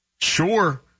Sure